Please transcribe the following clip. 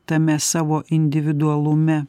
tame savo individualume